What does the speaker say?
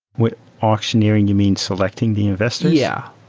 with auctioneering, you mean selecting the investors? yeah.